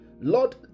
Lord